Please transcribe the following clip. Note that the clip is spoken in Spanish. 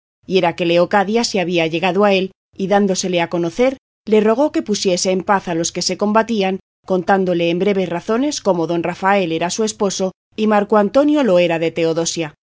y era que leocadia se había llegado a él y dándosele a conocer le rogó que pusiese en paz a los que se combatían contándole en breves razones cómo don rafael era su esposo y marco antonio lo era de teodosia